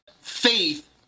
faith